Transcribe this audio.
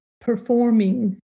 performing